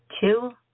Two